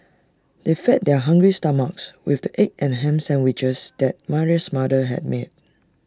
they fed their hungry stomachs with the egg and Ham Sandwiches that Mary's mother had made